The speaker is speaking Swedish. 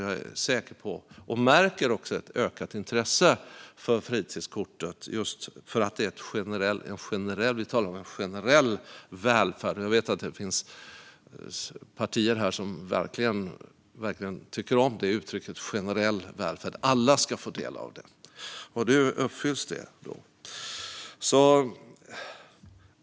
Jag är säker på att det finns, och jag märker också, ett ökat intresse för fritidskortet just för att det är en generell välfärd. Jag vet att det finns partier här som verkligen tycker om det uttrycket: generell välfärd. Alla ska få del av det. Det uppfylls genom fritidskortet.